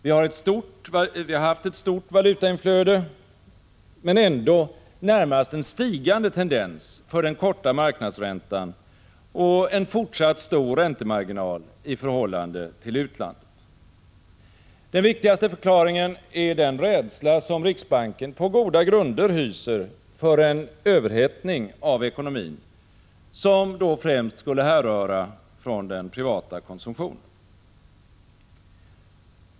Vi har haft ett stort valutainflöde men ändå närmast en stigande tendens för den korta marknadsräntan och en fortsatt stor räntemarginal i förhållande till utlandet. Den viktigaste förklaringen är den rädsla som riksbanken på goda grunder hyser för en överhettning av ekonomin, som då främst skulle härröra från den privata konsumtionen.